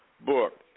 book